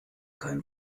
kein